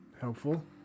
helpful